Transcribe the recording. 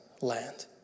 land